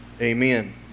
Amen